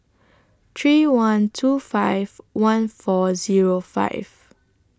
three one two five one four Zero five